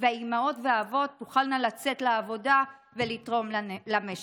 והאימהות והאבות יוכלו לצאת לעבודה ולתרום למשק.